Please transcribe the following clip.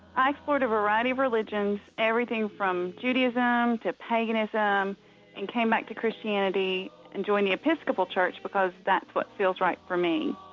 i explored a variety of religions, everything from judaism to paganism and came back to christianity and joined the episcopal church, because that's what feels right for me.